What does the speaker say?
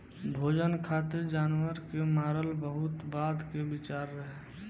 भोजन खातिर जानवर के मारल बहुत बाद के विचार रहे